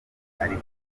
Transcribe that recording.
ntacyo